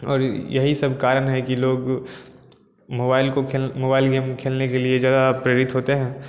और यही सब कारण है कि लोग मोबाइल को मोबाइल गेम खेलने के लिए ज़्यादा प्रेरित होते हैं